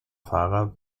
fahrer